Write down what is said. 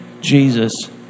Jesus